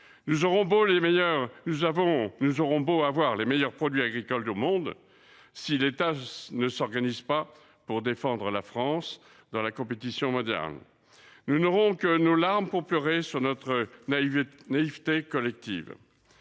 Nous aurons beau avoir les meilleurs produits agricoles au monde, si l’État ne s’organise pas pour défendre la France dans la compétition mondiale, nous n’aurons plus que nos yeux pour pleurer notre naïveté collective